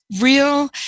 real